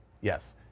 Yes